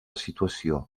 situació